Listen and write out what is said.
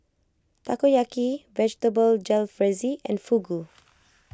Takoyaki Vegetable Jalfrezi and Fugu